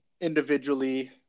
individually